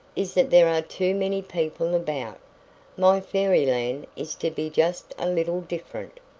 is that there are too many people about. my fairyland is to be just a little different.